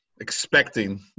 expecting